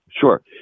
Sure